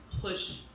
Push